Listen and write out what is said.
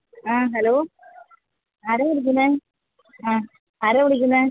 ആ ഹലോ ആരാണ് വിളിക്കുന്നത് ആ ആരാണ് വിളിക്കുന്നത്